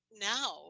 now